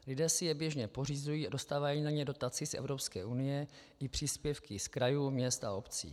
Lidé si je běžně pořizují a dostávají na ně dotaci z Evropské unie i příspěvky z krajů, měst a obcí.